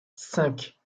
cinq